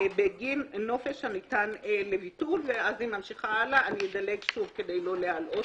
אני מחזיקה בידי מסמך של הכלכלנית של הרשות להגנת